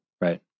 Right